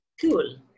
Cool